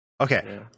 Okay